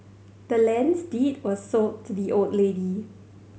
the land's deed was sold to the old lady